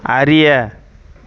அறிய